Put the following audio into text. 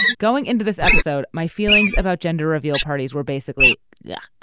going into this episode my feelings about gender reveal parties were basically yeah